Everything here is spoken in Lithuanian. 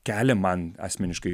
kelia man asmeniškai